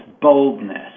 boldness